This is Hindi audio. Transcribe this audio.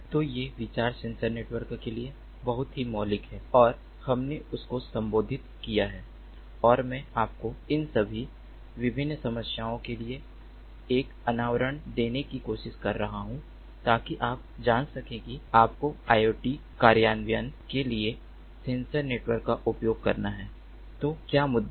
तो ये विचार सेंसर नेटवर्क के लिए बहुत ही मौलिक हैं और हमने उनको संबोधित किया है और मैं आपको इन सभी विभिन्न समस्याओं के लिए एक अनावरण देने की कोशिश कर रहा हूं ताकि आप जान सकें कि यदि आपको IoT कार्यान्वयन के लिए सेंसर नेटवर्क का उपयोग करना है तो क्या मुद्दे हैं